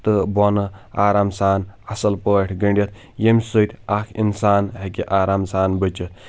تہٕ بۄنہٕ آرام سان اصٕلۍ پٲٹھۍ گٕنٛڈِتھ ییٚمہِ سۭتۍ اَکھ انسان ہیکہِ آرام سان بٔچِتھ